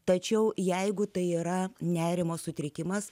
tačiau jeigu tai yra nerimo sutrikimas